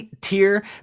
tier